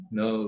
no